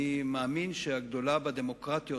אני מאמין שהגדולה בדמוקרטיות,